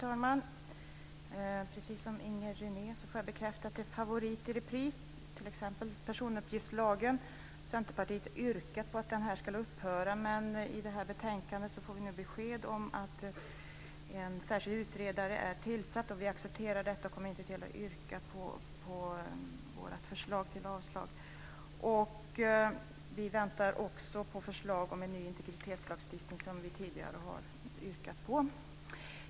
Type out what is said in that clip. Fru talman! Precis som Inger René får jag bekräfta att det här är favoriter i repris, t.ex. personuppgiftslagen. Centerpartiet har yrkat att den ska upphöra, men i detta betänkande får vi besked om att en särskild utredare är tillsatt. Vi accepterar detta och kommer inte att yrka på vårt förslag till avslag. Vi väntar också på förslag om en ny integritetslagstiftning, som vi tidigare har yrkat på.